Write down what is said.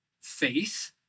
faith